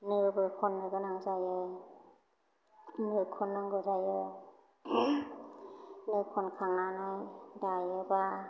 नोबो खननो गोनां जायो नो खन्नांगौ जायो नो खनखांनानै दायोबा